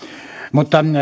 mutta